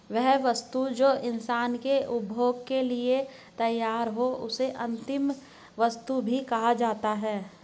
वह वस्तु जो इंसान के उपभोग के लिए तैयार हो उसे अंतिम वस्तु भी कहा जाता है